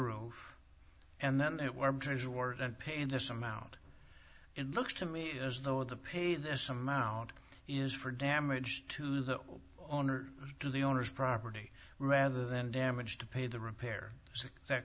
roof and then that we're paying this amount in looks to me there's no way to pay this amount is for damage to the owner to the owner's property rather than damage to pay to repair that